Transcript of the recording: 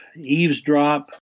Eavesdrop